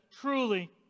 Truly